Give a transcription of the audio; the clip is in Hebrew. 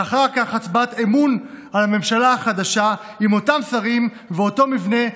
ואחר כך הצבעת אמון בממשלה חדשה עם אותם שרים ועם אותו מבנה,